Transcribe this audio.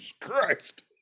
Christ